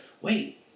wait